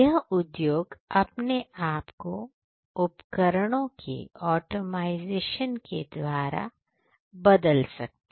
यह उद्योग अपने आप को उपकरणों के ऑटोमायसेशन के द्वारा अपने आप को बदल सकते हैं